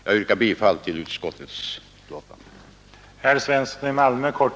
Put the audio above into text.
Jag yrkar bifall till utskottets hemställan.